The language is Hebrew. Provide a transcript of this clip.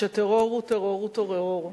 שטרור הוא טרור הוא טרור,